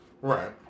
Right